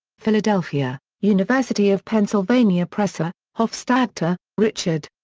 philadelphia university of pennsylvania press. ah hofstadter, richard.